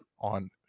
on